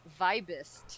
vibist